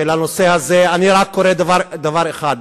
שבנושא הזה אני קורא רק לדבר אחד,